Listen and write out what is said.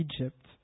Egypt